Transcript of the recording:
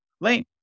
lane